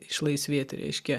išlaisvėti reiškia